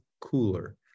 cooler